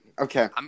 Okay